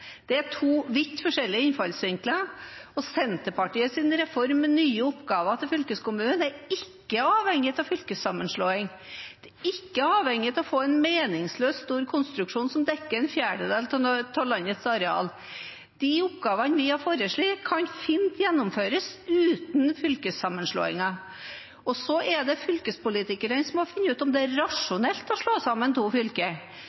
Det er to vidt forskjellige innfallsvinkler. Senterpartiets reform, med nye oppgaver til fylkeskommunene, er ikke avhengig av fylkessammenslåing, den er ikke avhengig av å få en meningsløst stor konstruksjon som dekker en fjerdedel av landets areal. De oppgavene vi har foreslått, kan fint gjennomføres uten fylkessammenslåinger. Det er fylkespolitikerne som må finne ut om det er rasjonelt å slå sammen to fylker.